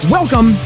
Welcome